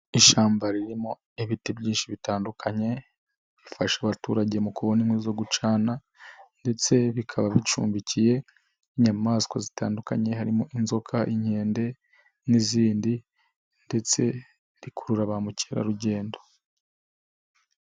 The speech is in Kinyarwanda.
Ishyamba ririmo ibiti byinshi bitandukanye bifasha abaturage mu kubona inkwi zo gucana ndetse bikaba bicumbikiye n'inyamaswa zitandukanye harimo inzoka, inkende n'izindi ndetse rikurura ba mukerarugendo.